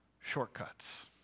shortcuts